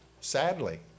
sadly